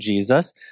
Jesus